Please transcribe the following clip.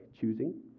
choosing